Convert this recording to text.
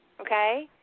okay